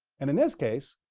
and in this case,